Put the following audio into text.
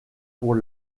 pour